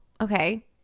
okay